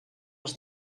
els